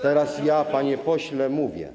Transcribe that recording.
Teraz ja, panie pośle, mówię.